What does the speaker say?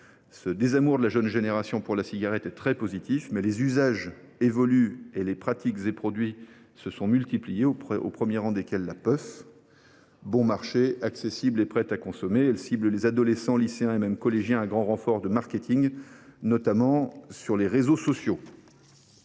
Ce désamour de la jeune génération pour la cigarette est très positif, mais les usages évoluent et les pratiques et les produits se sont multipliés, au premier rang desquels la puff, bon marché, accessible et prête à consommer. Elle cible les adolescents, lycéens et même collégiens, à grand renfort de marketing, notamment sur les réseaux sociaux.